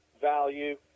value